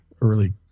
early